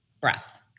breath